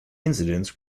incidents